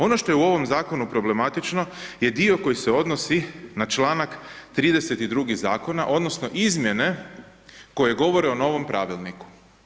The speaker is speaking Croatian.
Ono što je u ovom zakonu problematično je dio koji se odnosi na čl. 32. zakona, odnosno izmjene koje govore o novom Pravilniku.